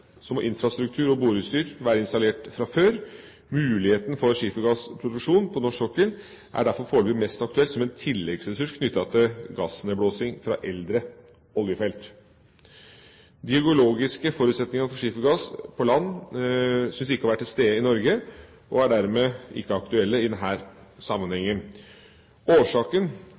må infrastruktur og boreutstyr være installert fra før. Skifergassproduksjon på norsk sokkel er derfor foreløpig mest aktuelt som tilleggsressurs knyttet til gassnedblåsning fra eldre oljefelt. De geologiske forutsetningene for skifergass på land synes ikke å være til stede i Norge, og er dermed ikke aktuelt i denne sammenhengen. Årsaken